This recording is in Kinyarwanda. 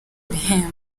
bihembo